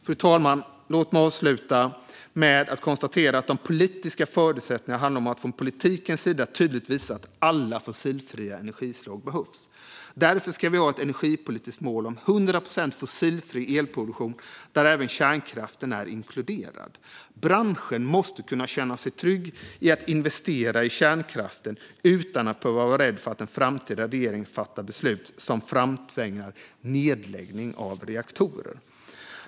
Fru talman! Låt mig avsluta med att konstatera att de politiska förutsättningarna handlar om att man från politikens sida tydligt visar att alla fossilfria energislag behövs. Därför ska vi ha ett energipolitiskt mål om 100 procent fossilfri elproduktion där även kärnkraften är inkluderad. Branschen måste kunna känna sig trygg i att investera i kärnkraften utan att behöva vara rädd för att en framtida regering fattar beslut som framtvingar nedläggning av reaktorer.